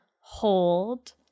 Hold